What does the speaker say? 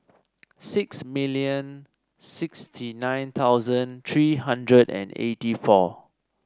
six million sixty nine thousand three hundred and eighty four